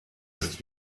ist